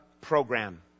program